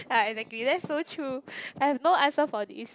ya exactly that's so true I have no answer for this